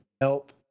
help